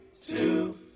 two